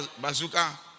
bazooka